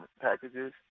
packages